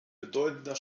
bedeutender